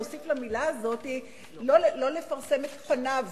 להוסיף את מלה הזאת "לא לפרסם את פניו